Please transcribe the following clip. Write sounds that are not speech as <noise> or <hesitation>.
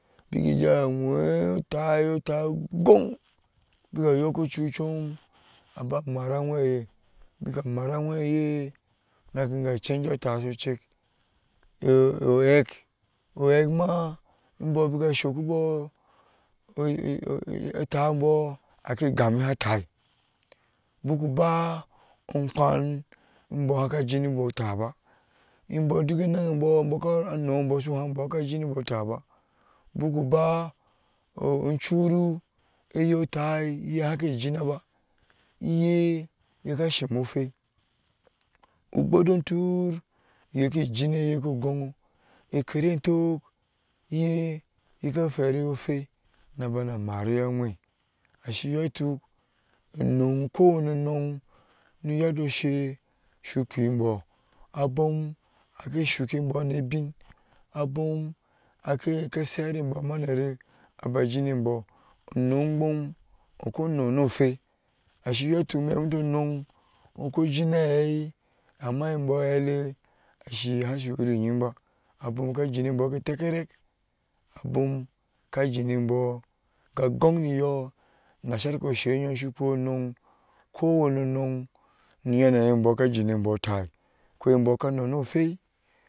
Bikkija hwee taaye taaye gon bikka yokko cucom, aba mara aweeye, bika mara weeye na <hesitation> cenja otasocek <hesitation> ohek ohekma bɔbika sokbɔ <hesitation> otabo ake gamiha ataa, bokuba onkwanbɔ haka jimibo otaba, imbɔ duke nunbɔ haka jinibo otaba bokuba o uncuru, eye otas iye hake jinaba, iye yeka shimo ofai ugbodontur yeke jinefe ko gonwo, akerentuk yeke yeka fherofhoi, ashiyotuk anuuk ko wani anunk no yadde oshe su abom akeke sheerenbɔ amanerek aba jinenbɔ anunkbom oko noa nɔ ofhee jinehe ama nbɔ hele ashi hashi irunyinba abom ke jine ke hele tekyerek abom kajimbo gogon niyo nashar ko sheyom supwe onunk kowani anun niyayinbɔka jinenbɔ otai